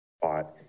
bought